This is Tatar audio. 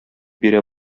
бирә